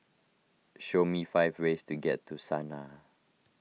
show me five ways to get to Sanaa